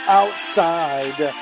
outside